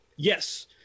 Yes